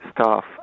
staff